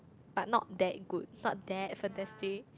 but not that good not that fantastic